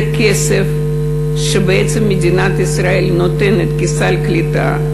זה כסף שבעצם מדינת ישראל נותנת, כסל קליטה,